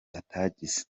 atagize